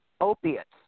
opiates